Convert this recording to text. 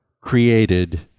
created